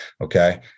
Okay